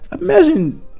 Imagine